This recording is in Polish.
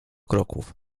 kroków